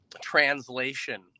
translation